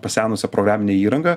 pasenusią programinę įrangą